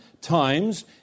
times